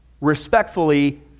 Respectfully